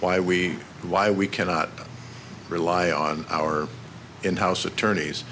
why we why we cannot rely on our in house attorneys